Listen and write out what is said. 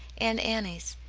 and annie's.